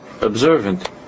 observant